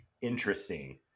interesting